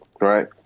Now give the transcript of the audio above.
right